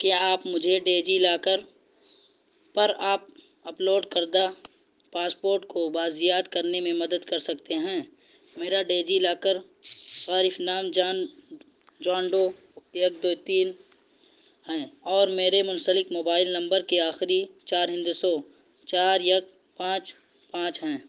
کیا آپ مجھے ڈیجی لاکر پر آپ اپلوڈ کردہ پاسپورٹ کو بازیافت کرنے میں مدد کر سکتے ہیں میرا ڈیجی لاکر صارف نام جان جان ڈو یک دو تین ہیں اور میرے منسلک موبائل نمبر کے آخری چار ہندسوں چار ایک پانچ پانچ ہیں